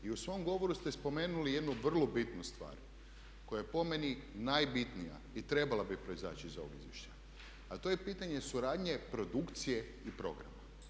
I u svom govoru ste spomenuli jednu vrlo bitnu stvar koja je po meni najbitnija i trebala bi proizaći iz ovog izvješća a to je pitanje suradnje produkcije i programa.